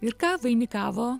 ir ką vainikavo